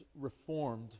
reformed